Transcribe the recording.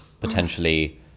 potentially